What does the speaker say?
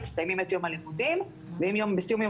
מסיימים את יום הלימודים ובסיום יום